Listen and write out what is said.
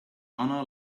honor